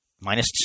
Minus